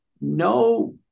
no